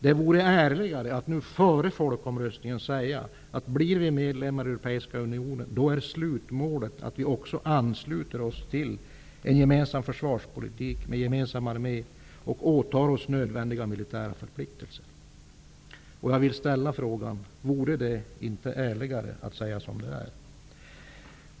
Det vore ärligare att nu före folkomröstningen säga att om vi blir medlemmar i Europeiska unionen är slutmålet att vi också ansluter oss till en gemensam försvarspolitik med gemensam armé och åtar oss nödvändiga militära förpliktelser. Jag vill ställa frågan: Vore det inte ärligare att säga som det är?